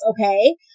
okay